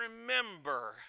remember